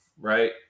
right